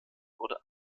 wurde